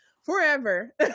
forever